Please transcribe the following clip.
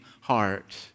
heart